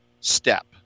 step